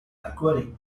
acquiring